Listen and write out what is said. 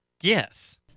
Yes